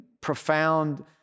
profound